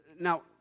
Now